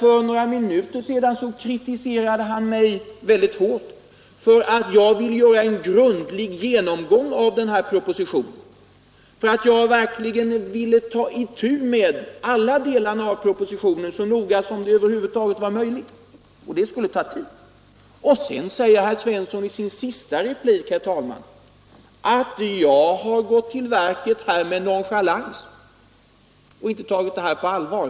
För några minuter sedan kritiserade han mig mycket hårt för att jag vill ha en grundlig genomgång av den här propositionen, för att jag verkligen ville ta itu med alla delarna av propositionen så noga som det över huvud taget är möjligt. Det skulle ta tid. Och sedan säger herr Svensson i sin sista replik, herr talman, att jag har gått till verket med nonchalans och inte tagit frågan på allvar.